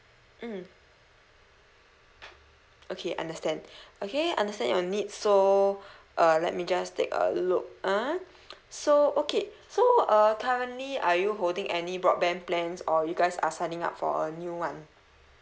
mm okay understand okay understand your needs so err let me just take a look ah so okay so uh currently are you holding any broadband plans or you guys are signing up for a new one